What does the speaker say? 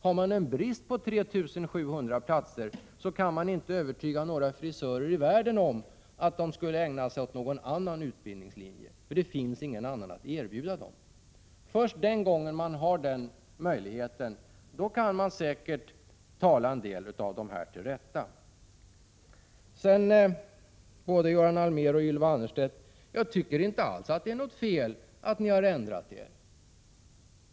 Har man en brist på 3 700 platser kan man inte övertyga några frisörer i världen om att de skall ägna sig åt någon annan utbildningslinje, för det finns ingen annan att erbjuda dem. Först den gången den möjligheten finns kan man tala en del av dessa elever till rätta. Göran Allmér och Ylva Annerstedt, jag tycker inte alls att det är något fel att ni har ändrat er.